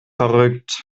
verrückt